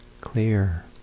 clear